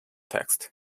text